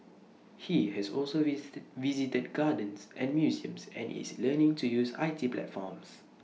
he has also visited gardens and museums and is learning to use I T platforms